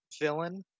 villain